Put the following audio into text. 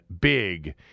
big